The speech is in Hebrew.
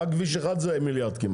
רק כביש אחד זה כמעט מיליארד.